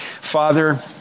Father